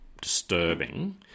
disturbing